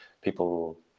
people